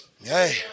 Hey